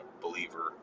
believer